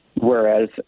Whereas